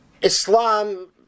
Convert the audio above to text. Islam